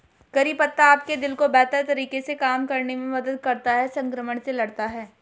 करी पत्ता आपके दिल को बेहतर तरीके से काम करने में मदद करता है, संक्रमण से लड़ता है